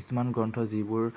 কিছুমান গ্ৰন্থ যিবোৰ